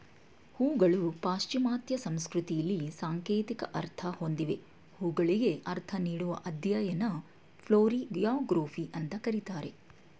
ಹೂಗಳು ಪಾಶ್ಚಿಮಾತ್ಯ ಸಂಸ್ಕೃತಿಲಿ ಸಾಂಕೇತಿಕ ಅರ್ಥ ಹೊಂದಿವೆ ಹೂಗಳಿಗೆ ಅರ್ಥ ನೀಡುವ ಅಧ್ಯಯನನ ಫ್ಲೋರಿಯೊಗ್ರಫಿ ಅಂತ ಕರೀತಾರೆ